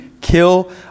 kill